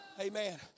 Amen